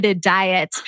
diet